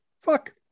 fuck